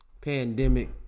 pandemic